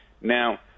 Now